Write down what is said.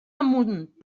amunt